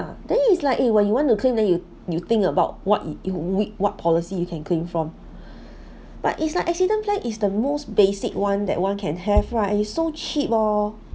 then he is like eh when you want to claim then you you think about what you what policy you can claim from but it's like accident plan is the most basic one that one can have right is so cheap lor